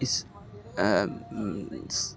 اس